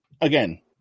again